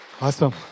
Awesome